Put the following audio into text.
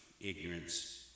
ignorance